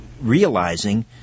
realizing